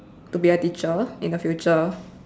to be a teacher in the future